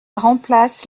remplace